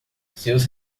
seus